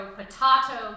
potato